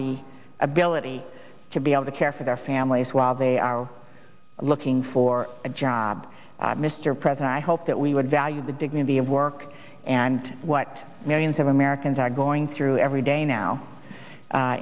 the ability to be able to care for their families while they are looking for a job mr president i hope that we would value the dignity of work and what millions of americans are going through every day now a